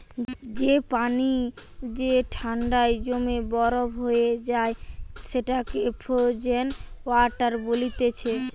যে পানি যে ঠান্ডায় জমে বরফ হয়ে যায় সেটাকে ফ্রোজেন ওয়াটার বলতিছে